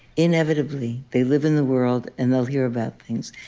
inevitably they live in the world, and they'll hear about things.